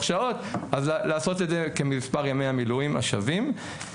שעות אז לעשות את זה כמספר ימי המילואים השווים.